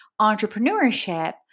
entrepreneurship